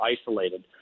isolated